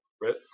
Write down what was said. right